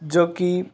جو کہ